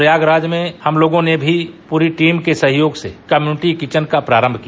प्रयागराज में हम लोगों ने भी पूरी टीम के सहयोग से कम्युनिटी किचन का प्रारम्भ किया